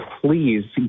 please